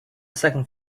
second